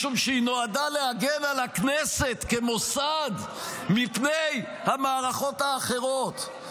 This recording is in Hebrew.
משום שהיא נועדה להגן על הכנסת כמוסד מפני המערכות האחרות.